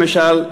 למשל,